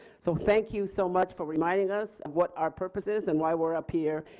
so thank you so much for reminding us of what our purpose is and why were up here.